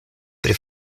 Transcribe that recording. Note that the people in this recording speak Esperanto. pri